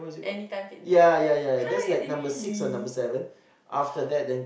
Anytime-Fitness !huh! really!wow!